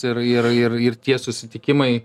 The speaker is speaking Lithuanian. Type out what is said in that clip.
ir ir ir ir tie susitikimai